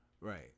Right